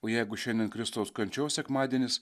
o jeigu šiandien kristaus kančios sekmadienis